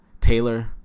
taylor